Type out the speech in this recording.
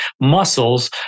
muscles